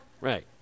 Right